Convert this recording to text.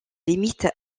limites